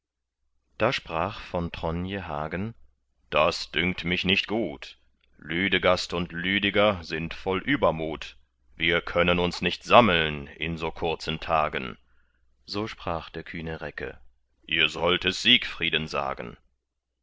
da sprach von tronje hagen das dünkt mich nicht gut lüdegast und lüdeger sind voll übermut wir können uns nicht sammeln in so kurzen tagen so sprach der kühne recke ihr sollt es siegfrieden sagen